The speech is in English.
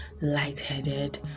lightheaded